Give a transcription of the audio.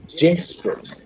desperate